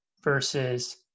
versus